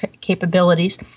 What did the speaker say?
capabilities